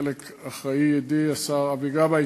ולחלק אחראי ידידי השר אבי גבאי